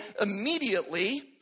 immediately